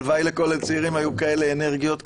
הלוואי שלכל הצעירים היו כאלו אנרגיות,